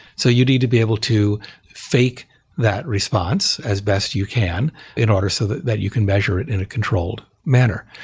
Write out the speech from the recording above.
so you need to be able to fake that response as best you can in order so that that you can measure it in a controlled manner.